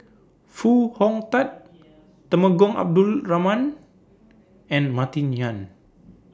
Foo Hong Tatt Temenggong Abdul Rahman and Martin Yan